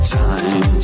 time